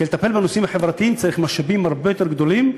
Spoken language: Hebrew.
כי לטפל בנושאים החברתיים צריך משאבים הרבה יותר גדולים,